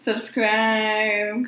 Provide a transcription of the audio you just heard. Subscribe